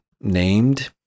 named